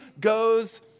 goes